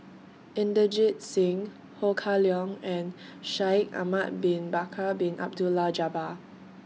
Inderjit Singh Ho Kah Leong and Shaikh Ahmad Bin Bakar Bin Abdullah Jabbar